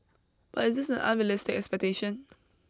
but is this an unrealistic expectation